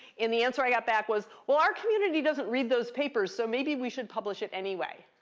and the answer i got back was, well, our community doesn't read those papers, so maybe we should publish it anyway.